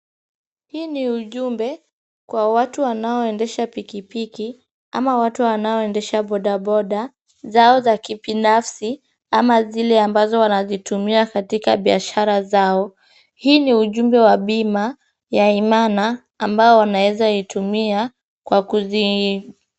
Hii ni ujumbe, kwa watu wanaoendesha pikipiki, ama watu wanaoendesha bodaboda zao za kibinafsi ama zile ambazo wanazitumia katika biashara zao, hii ni ujumbe wa bima ya Imana ambao wanaweza kutumia kwa kuji